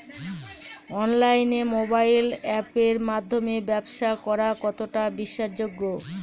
অনলাইনে মোবাইল আপের মাধ্যমে ব্যাবসা করা কতটা বিশ্বাসযোগ্য?